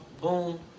Boom